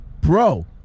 bro